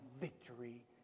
victory